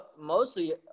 mostly